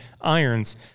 irons